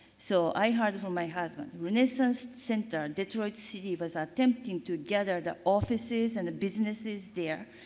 so, i heard from my husband renascence center, detroit city was attempting to gather the offices and the businesses there.